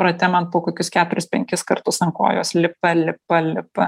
rate man po kokius keturis penkis kartus ant kojos lipa lipa lipa